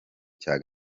cya